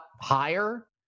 higher